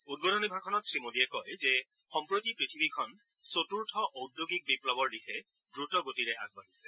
উদ্বোধনী ভাষণত শ্ৰীমোদীয়ে কয় যে সম্প্ৰতি পৃথিৱীখন চতুৰ্থ ওদ্যোগিক বিপ্ণৱৰ দিশে দ্ৰত গতিৰে আগবাঢ়িছে